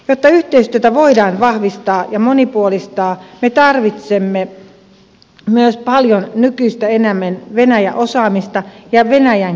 jotta yhteistyötä voidaan vahvistaa ja monipuolistaa me tarvitsemme myös paljon nykyistä enemmän venäjä osaamista ja venäjän